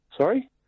Sorry